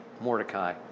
Mordecai